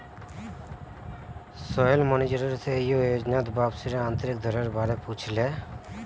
Sohail manager से ई योजनात वापसीर आंतरिक दरेर बारे पुछले